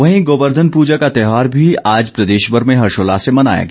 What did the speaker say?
वहीं गोवर्धन पूजा का त्यौहार भी आज प्रदेशमर में हर्षोल्लास से मनाया गया